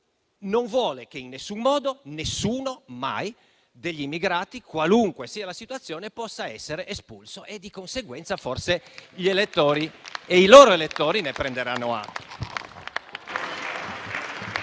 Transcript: non vuole che, in nessun modo, nessuno mai degli immigrati, qualunque sia la situazione, possa essere espulso. Di conseguenza, forse i loro elettori ne prenderanno atto.